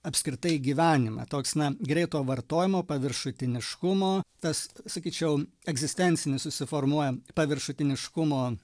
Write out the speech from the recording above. apskritai į gyvenimą toks na greito vartojimo paviršutiniškumo tas sakyčiau egzistencinis susiformuoja paviršutiniškumo